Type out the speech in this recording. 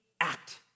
act